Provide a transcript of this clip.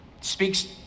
speaks